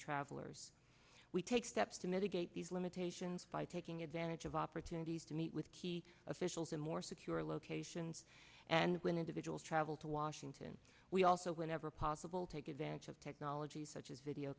travelers we take steps to mitigate these limitations by taking advantage of opportunities to meet with key officials in more secure locations and when individuals travel to washington we also whenever possible take advantage of technologies such as video